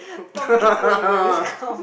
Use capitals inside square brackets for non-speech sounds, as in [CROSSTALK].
[LAUGHS]